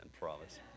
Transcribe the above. promise